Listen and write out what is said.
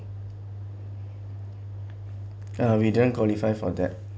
ah we didn't qualify for that